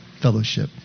fellowship